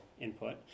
input